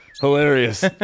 Hilarious